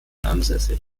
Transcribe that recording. ansässig